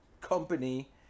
company